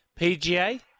PGA